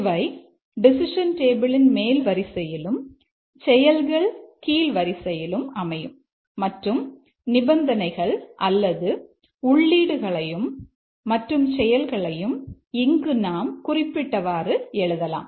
இவை டெசிஷன் டேபிளின் மேல் வரிசையிலும் செயல்கள் கீழ் வரிசையிலும் அமையும் மற்றும் நிபந்தனைகள் அல்லது உள்ளீடு களையும் மற்றும் செயல்களையும் இங்கு நாம் குறிப்பிட்டவாறு எழுதலாம்